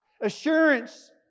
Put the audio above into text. Assurance